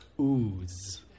Ooze